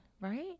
Right